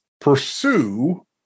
pursue